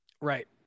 Right